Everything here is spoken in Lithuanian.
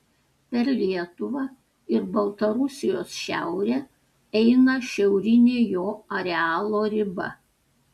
per lietuvą ir baltarusijos šiaurę eina šiaurinė jo arealo riba